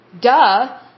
Duh